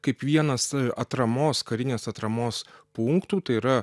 kaip vienas atramos karinės atramos punktų tai yra